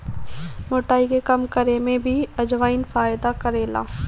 मोटाई के कम करे में भी अजवाईन फायदा करेला